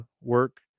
work